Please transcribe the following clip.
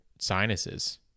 sinuses